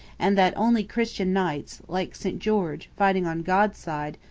and that only christian knights, like st george, fighting on god's side,